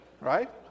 Right